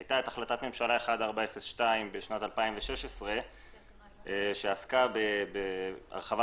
הייתה החלטת ממשלה 1402 בשנת 2016 שעסקה בהרחבה